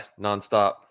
Nonstop